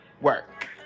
Work